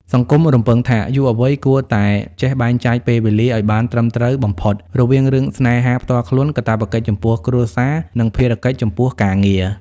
សង្គមរំពឹងថា យុវវ័យគួរតែចេះបែងចែកពេលវេលាឱ្យបានត្រឹមត្រូវបំផុត រវាងរឿងស្នេហាផ្ទាល់ខ្លួន កាតព្វកិច្ចចំពោះគ្រួសារ និងភារកិច្ចចំពោះការងារ។